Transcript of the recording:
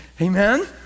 Amen